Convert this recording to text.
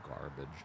garbage